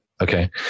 Okay